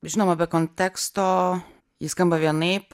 žinoma be konteksto ji skamba vienaip